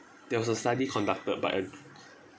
there was a study conducted by a